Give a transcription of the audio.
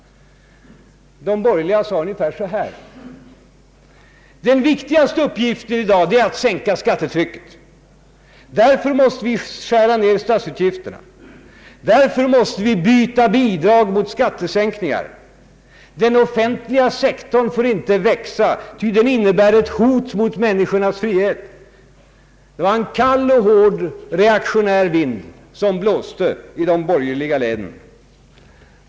De borgerliga sade ungefär så här: Den viktigaste uppgiften i dag är att sänka skattetrycket. Därför måste vi skära ner statsutgifterna, och därför måste vi byta bidrag mot skattesänkningar. Den offentliga sektorn får inte växa, ty den innebär ett hot mot människornas frihet. Det var en kall och hård reaktionär vind som blåste i de borgerliga leden.